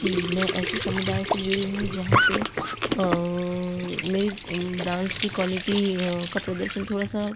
जी मैं ऐसे समुदाय से जुड़ी हूँ जहाँ पर मेरी डांस की क्वालिटी का प्रदर्शन थोड़ा सा